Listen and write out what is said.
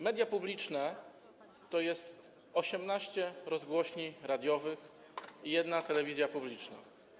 Media publiczne to 18 rozgłośni radiowych i jedna telewizja publiczna.